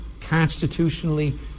constitutionally